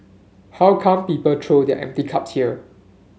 how come people throw their empty cups here